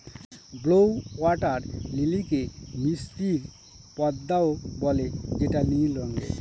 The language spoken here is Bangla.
ব্লউ ওয়াটার লিলিকে মিসরীয় পদ্মাও বলে যেটা নীল রঙের